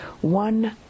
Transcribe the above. one